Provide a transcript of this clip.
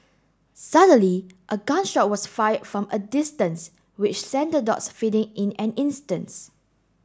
suddenly a gun shot was fired from a distance which sent the dogs fleeing in an instance